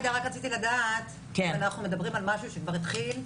רק רציתי לדעת האם אנחנו מדברים על משהו שכבר התחיל,